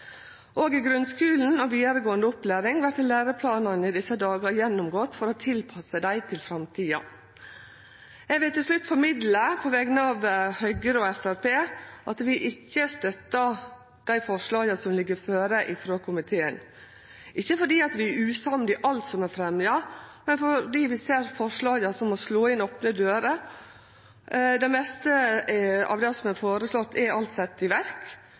Òg i grunnskulen og i vidaregåande opplæring vert læreplanane i desse dagar gjennomgåtte for å tilpasse dei til framtida. Eg vil til slutt formidle på vegner av Høgre og Framstegspartiet at vi ikkje støttar dei forslaga som ligg føre frå komiteen. Ikkje fordi vi er usamde i alt som er fremja, men fordi vi ser på forslaga som å slå inn opne dører. Det meste av det som er føreslått, er alt sett i verk